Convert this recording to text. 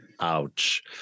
Ouch